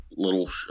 little